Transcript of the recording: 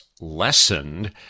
lessened